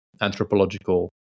anthropological